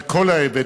על כל ההיבטים.